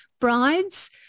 brides